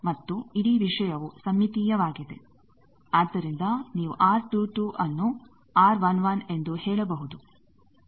ಮತ್ತು ಇಡೀ ವಿಷಯವು ಸಮ್ಮಿತೀಯವಾಗಿದೆ ಆದ್ದರಿಂದ ನೀವು R22 ನ್ನು R11 ಎಂದು ಹೇಳಬಹುದು